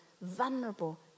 vulnerable